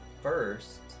first